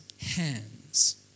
hands